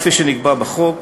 כפי שנקבע בחוק,